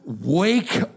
wake